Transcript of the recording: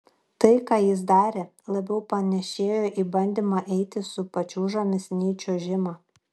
tai ką jis darė labiau panėšėjo į bandymą eiti su pačiūžomis nei čiuožimą